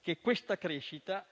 che questa crescita